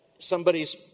somebody's